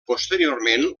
posteriorment